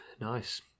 Nice